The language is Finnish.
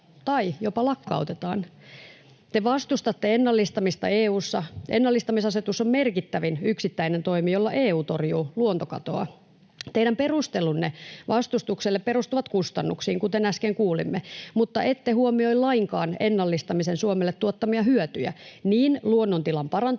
tai jopa lakkautetaan. Te vastustatte ennallistamista EU:ssa. Ennallistamisasetus on merkittävin yksittäinen toimi, jolla EU torjuu luontokatoa. Teidän perustelunne vastustukselle perustuvat kustannuksiin, kuten äsken kuulimme, mutta ette huomioi lainkaan ennallistamisen Suomelle tuottamia hyötyjä niin luonnontilan parantumisena